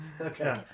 Okay